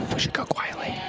should go quietly.